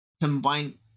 combine